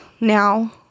now